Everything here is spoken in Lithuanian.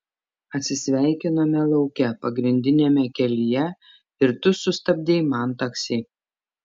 atsisveikinome lauke pagrindiniame kelyje ir tu sustabdei man taksi